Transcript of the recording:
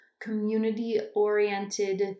community-oriented